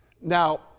Now